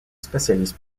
spécialiste